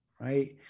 right